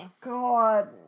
God